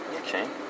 Okay